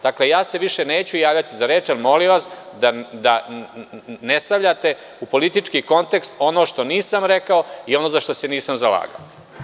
Dakle, ja se više neću javljati za reč, ali molim vas da ne stavljate u politički kontekst ono što nisam rekao i ono za šta se nisam zalagao.